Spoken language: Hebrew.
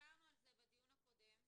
דיברנו על זה בדיון הקודם,